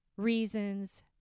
reasons